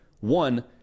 one